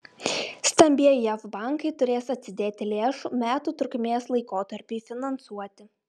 stambieji jav bankai turės atsidėti lėšų metų trukmės laikotarpiui finansuoti